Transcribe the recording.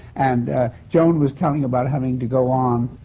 and joan was telling about having to go on.